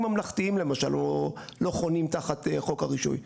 ממלכתיים למשל לא חונים תחת חוק הרישוי.